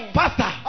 pastor